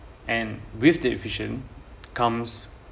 and with the efficient comes